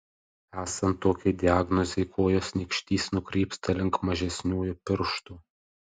esant tokiai diagnozei kojos nykštys nukrypsta link mažesniųjų pirštų